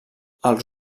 els